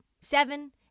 Seven